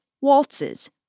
waltzes